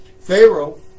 Pharaoh